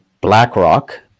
BlackRock